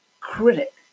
critic